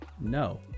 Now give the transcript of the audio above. No